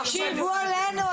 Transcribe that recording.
תחשבו עלינו.